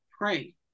Pray